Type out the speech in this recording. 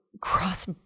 cross